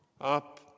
Up